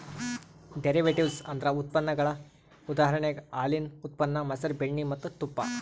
derivatives ಅಂದ್ರ ಉತ್ಪನ್ನಗೊಳ್ ಉದಾಹರಣೆಗ್ ಹಾಲಿನ್ ಉತ್ಪನ್ನ ಮಸರ್, ಬೆಣ್ಣಿ ಮತ್ತ್ ತುಪ್ಪ